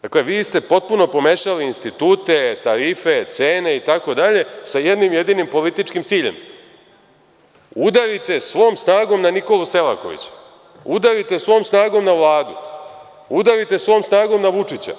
Dakle, vi ste potpuno pomešali institute, tarife, cene itd. sa jednim jedinim političkim ciljem - udarite svom snagom na Nikolu Selakovića, udarite svom snagom na Vladu, udarite svom snagom na Vučića.